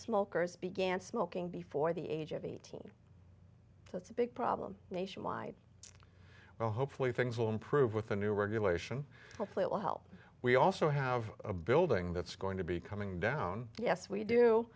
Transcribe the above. smokers began smoking before the age of eighteen so it's a big problem nationwide well hopefully things will improve with the new regulation hopefully it will help we also have a building that's going to be coming down yes we do